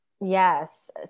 yes